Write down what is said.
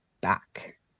back